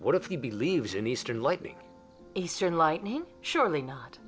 what if he believes in eastern lightning eastern lightning surely not